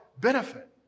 benefit